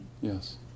Yes